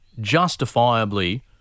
justifiably